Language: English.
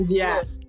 yes